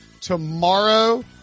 tomorrow